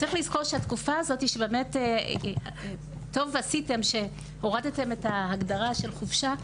צריך לזכור שטוב עשיתם שהורדתם את ההגדרה של חופשה,